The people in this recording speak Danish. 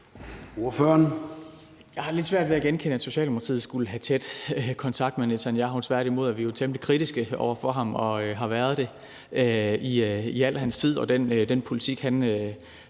Jeg har lidt svært ved at genkende, at Socialdemokratiet skulle have tæt kontakt til Netanyahu. Tværtimod er vi jo temmelig kritiske over for ham og den politik, han har